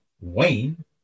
Wayne